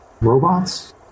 robots